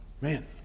Man